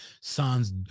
sons